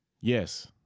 Yes